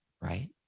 right